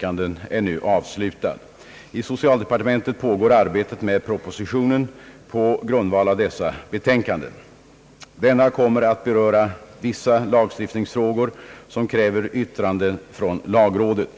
kanden är nu avslutad. I socialdepartementet pågår arbetet med proposition på grundval av dessa betänkanden. Denna kommer att beröra vissa lagstiftningsfrågor som kräver yttrande från lagrådet.